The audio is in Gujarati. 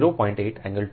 8 એંગલ 217